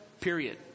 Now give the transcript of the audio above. Period